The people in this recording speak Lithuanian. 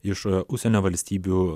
iš užsienio valstybių